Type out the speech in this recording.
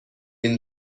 این